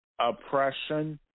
oppression